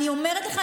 אני אומרת לך,